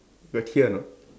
got hear or not